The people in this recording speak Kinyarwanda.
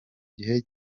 gihe